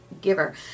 giver